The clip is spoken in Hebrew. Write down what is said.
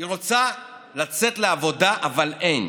היא רוצה לצאת לעבודה, אבל אין,